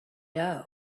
doe